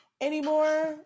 anymore